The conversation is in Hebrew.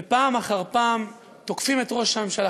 ופעם אחר פעם תוקפים את ראש הממשלה,